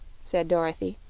said dorothy,